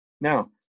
Now